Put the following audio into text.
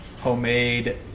homemade